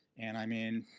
and i mean,